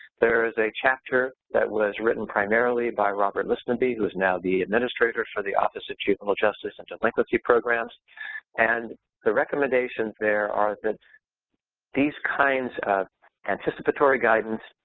there is a chapter that was written primarily by robert listenbee who is now the administrator for the office of juvenile justice and delinquency program and the recommendations there are that these kinds of anticipatory guidance,